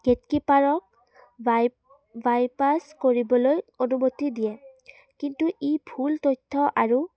গেটকিপাৰক বাই বাইপাছ কৰিবলৈ অনুমতি দিয়ে কিন্তু ই ভুল তথ্য আৰু